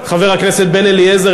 חבר הכנסת בן-אליעזר,